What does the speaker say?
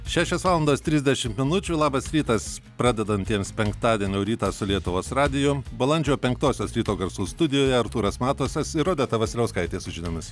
šešios valandos trisdešimt minučių labas rytas pradedantiems penktadienio rytą su lietuvos radiju balandžio penktosios ryto garsų studijoje artūras matusas ir odeta vasiliauskaitė su žinomais